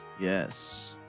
Yes